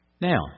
Now